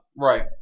Right